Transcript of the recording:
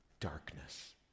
darkness